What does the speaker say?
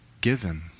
given